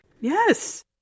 Yes